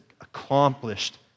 accomplished